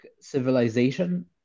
civilization